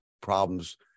problems